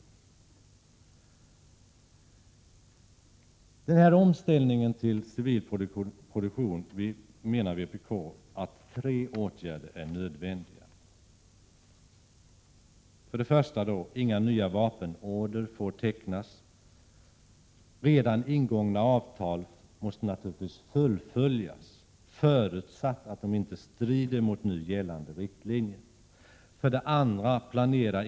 För den här omställningen till civil produktion menar vi i vpk att tre åtgärder är nödvändiga: 1. Inga nya vapenorder får tecknas. Men redan ingångna avtal måste naturligtvis fullföljas, förutsatt att de inte strider mot gällande riktlinjer. 2.